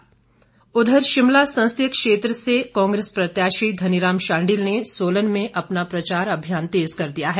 धनीराम शांडिल शिमला संसदीय क्षेत्र से कांग्रेस प्रत्याशी धनीराम शांडिल ने सोलन में अपना प्रचार अभियान तेज कर दिया है